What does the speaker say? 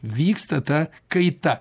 vyksta ta kaita